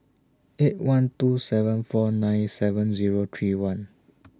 eight one two seven four nine seven Zero three one